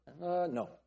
No